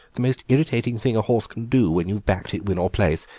the most irritating thing a horse can do when you've backed it win or place.